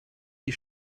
die